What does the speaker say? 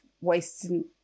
wasting